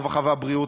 הרווחה והבריאות.